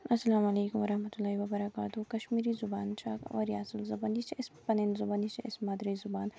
اسلَام علَیکُم و رحمة اللّٰه و بَرَكاتهُ کشمیٖری زُبان چھِ اکھ واریاہ اصل زُبان یہِ چھِ اَسہِ پَنٕنۍ زُبان یہِ چھِ اَسہِ پَنٕنۍ زُبان یہِ چھِ اَسہِ مادری زُبان